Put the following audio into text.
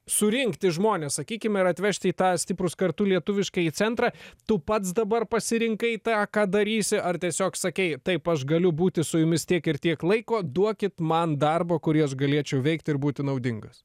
surinkti žmones sakykim ir atvežti į tą stiprūs kartu lietuviškąjį centrą tu pats dabar pasirinkai tą ką darysi ar tiesiog sakei taip aš galiu būti su jumis tiek ir tiek laiko duokit man darbo kurį aš galėčiau veikti ir būti naudingas